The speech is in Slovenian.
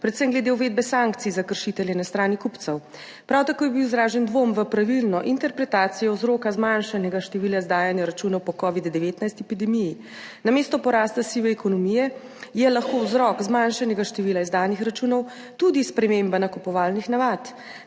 predvsem glede uvedbe sankcij za kršitelje na strani kupcev. Prav tako je bil izražen dvom v pravilno interpretacijo vzroka zmanjšanega števila izdajanja računov po epidemiji covida-19. Namesto porasta sive ekonomije je lahko vzrok zmanjšanega števila izdanih računov tudi sprememba nakupovalnih navad.